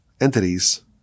entities